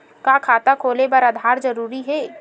का खाता खोले बर आधार जरूरी हे?